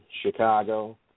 Chicago